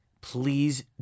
Please